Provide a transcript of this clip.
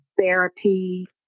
therapy